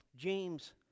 James